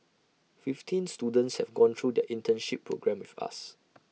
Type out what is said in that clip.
fifteen students have gone through their internship programme with us